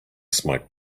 smoke